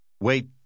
Wait